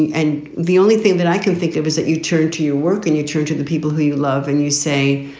and the only thing that i can think of is that you turn to your work and you turn to the people who you love and you say,